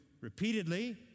repeatedly